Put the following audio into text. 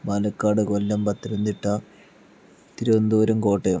Palakkad Kollam Pathanamthitta Thiruvananthapuram Kottayam